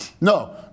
No